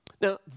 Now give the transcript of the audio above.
Now